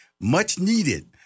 much-needed